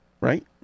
right